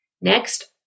Next